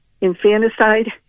infanticide